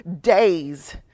days